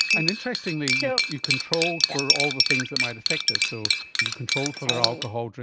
and interestingly yeah you controlled for all the things that might affect this. so you controlled for their alcohol,